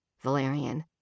valerian